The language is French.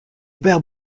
perd